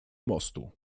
mostu